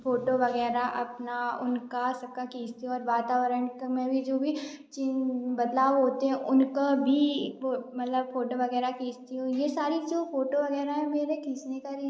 photo वगैरह अपना उनका सबका खींचती हूँ और वातावरण में भी जो भी बदलाव होते हैं उनका भी वो मतलब फोटो वगैरह खींचती हूँ ये सारी जो फोटो वगैरह है मेरे खींचने का